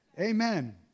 Amen